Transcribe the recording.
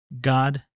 God